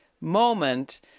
moment